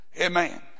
Amen